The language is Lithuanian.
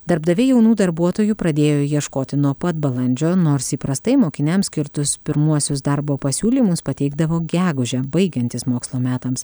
darbdaviai jaunų darbuotojų pradėjo ieškoti nuo pat balandžio nors įprastai mokiniams skirtus pirmuosius darbo pasiūlymus pateikdavo gegužę baigiantis mokslo metams